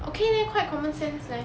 okay leh quite common sense leh